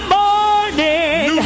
morning